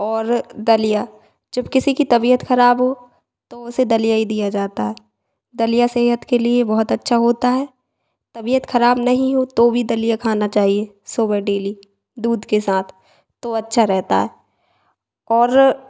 और दलिया जब किसी कि तबियत ख़राब हो तो उसे दलिया ही दिया जाता है दलिया सेहत के लिए बहुत अच्छा होता है तबियत ख़राब नहीं हो तो दलिया खाना चाहिए सुबह डेली दूध के साथ तो अच्छा रहता है और